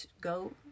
go